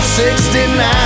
69